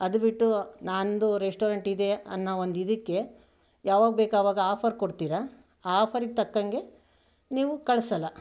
ಅದು ಬಿಟ್ಟು ನಂದು ರೆಸ್ಟೋರೆಂಟಿದೆ ಅನ್ನೋ ಒಂದು ಇದಕ್ಕೆ ಯಾವಾಗ ಬೇಕು ಆವಾಗ ಆಫರ್ ಕೊಡ್ತೀರ ಆ ಆಫರಿಗೆ ತಕ್ಕಂಗೆ ನೀವು ಕಳ್ಸೋಲ್ಲ